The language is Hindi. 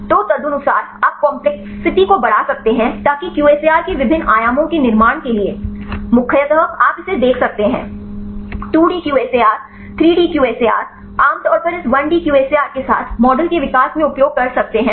तो तदनुसार आप कम्पलेक्सिटी को बढ़ा सकते हैं ताकि QSAR के विभिन्न आयामों के निर्माण के लिए मुख्यतः आप इसे देख सकते है 2D QSAR 3D QSAR आमतौर पर इस 1D QSAR के साथ मॉडल के विकास में उपयोग कर सकते हैं